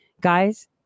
guys